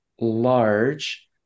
large